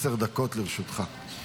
עשר דקות לרשותך.